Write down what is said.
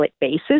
basis